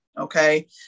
okay